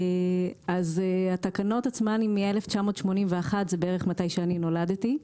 התקנות עצמן הן מ-1981, בערך מתי שאני נולדתי.